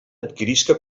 adquirisca